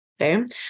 Okay